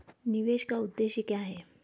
निवेश का उद्देश्य क्या है?